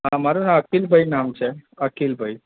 અ મારું નામ અખિલભાઈ નામ છે અખિલભાઈ